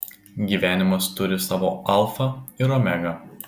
gyvenimas turi savo alfą ir omegą